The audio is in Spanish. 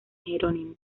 jerónimo